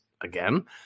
again